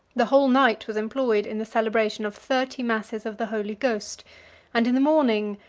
the whole night was employed in the celebration of thirty masses of the holy ghost and in the morning,